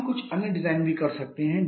हम कुछ अन्य डिजाइन भी कर सकते हैं